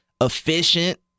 efficient